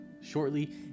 shortly